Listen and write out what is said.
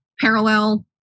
parallel